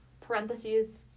parentheses